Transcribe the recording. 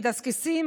מדסקסים,